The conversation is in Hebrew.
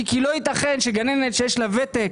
לא יתכן שגננת שיש לה ותק,